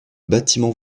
bâtiment